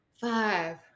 five